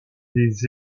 des